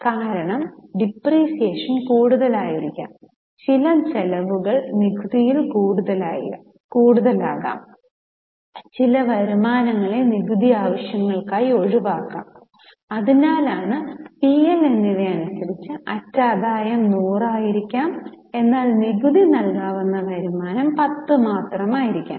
കാരണം ഡിപ്രീസിയേഷൻ കൂടുതലായിരിക്കാം ചില ചെലവുകൾ നികുതിയിൽ കൂടുതലാകാം ചില വരുമാനങ്ങളെ നികുതി ആവശ്യങ്ങൾക്കായി ഒഴിവാക്കാം അതിനാലാണ് പി എൽ എന്നിവ അനുസരിച്ച് അറ്റാദായം 100 ആയിരിക്കാം എന്നാൽ നികുതി നൽകാവുന്ന വരുമാനം 10 മാത്രമായിരിക്കാം